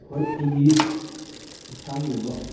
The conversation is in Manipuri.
ꯍꯣꯏ ꯑꯩꯒꯤ ꯏꯁꯥꯒꯤ ꯑꯣꯏꯕ